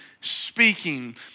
speaking